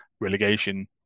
relegation